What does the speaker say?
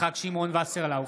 יצחק שמעון וסרלאוף,